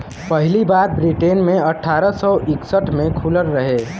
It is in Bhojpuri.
पहली बार ब्रिटेन मे अठारह सौ इकसठ मे खुलल रहे